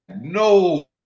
no